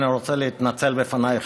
אני רוצה להתנצל בפנייך,